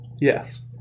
Yes